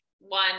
one